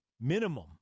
minimum